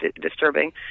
disturbing